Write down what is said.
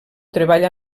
treball